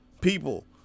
people